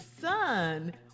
son